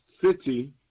city